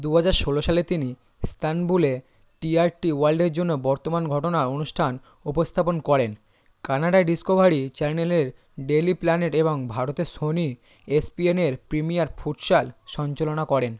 দু হাজার ষোলো সালে তিনি ইস্তানবুলে টিআরটি ওয়ার্ল্ডের জন্য বর্তমান ঘটনা অনুষ্ঠান উপস্থাপন করেন কানাডায় ডিসকভারি চ্যানেলের ডেইলি প্ল্যানেট এবং ভারতে সোনি এসপিএনের প্রিমিয়ার ফুটসাল সঞ্চালনা করেন